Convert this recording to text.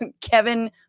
Kevin